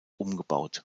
umgebaut